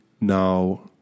Now